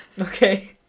Okay